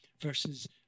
versus